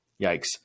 yikes